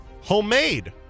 homemade